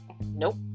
nope